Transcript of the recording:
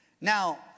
Now